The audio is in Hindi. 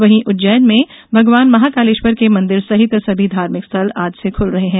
वहीं उज्जैन में भगवान महाकालेश्वर के मंदिर सहित सभी धर्म स्थल आज से खुल रहे हैं